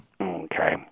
Okay